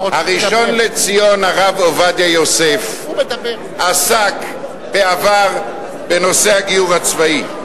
הראשון לציון הרב עובדיה יוסף עסק בעבר בנושא הגיור הצבאי,